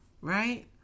right